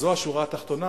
אז זו השורה התחתונה.